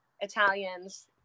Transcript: Italians